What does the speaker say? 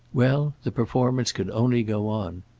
well, the performance could only go on.